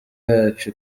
yacu